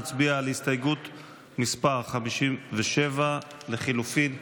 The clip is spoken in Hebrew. נצביע על הסתייגות מס' 57 לחלופין ה'.